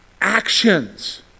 actions